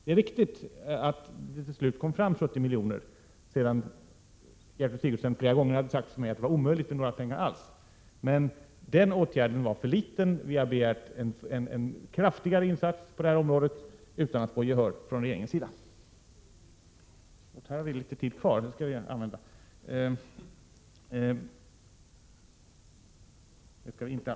Det är riktigt att det till slut kom fram 70 milj.kr., sedan Gertrud Sigurdsen flera gånger hade sagt till mig att det var omöjligt att få några som helst pengar till landstingen. Den åtgärden var för liten. Vi har begärt en kraftigare insats på detta område utan att få gehör från regeringen.